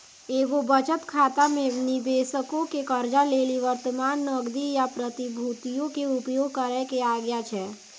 एगो बचत खाता मे निबेशको के कर्जा लेली वर्तमान नगदी या प्रतिभूतियो के उपयोग करै के आज्ञा छै